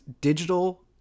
digital